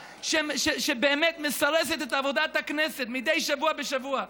שבאמת מסרסת את עבודת הכנסת מדי שבוע בשבוע,